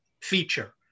feature